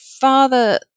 father